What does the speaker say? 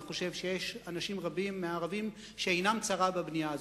יש אנשים רבים מהערבים שעינם צרה בבנייה הזאת.